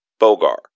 Bogar